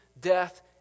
death